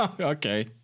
okay